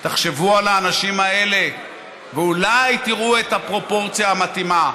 תחשבו על האנשים האלה ואולי תראו את הפרופורציה המתאימה,